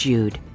Jude